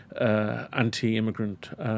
anti-immigrant